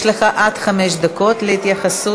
יש לך עד חמש דקות להתייחסות.